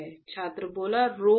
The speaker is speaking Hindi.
raw rho vv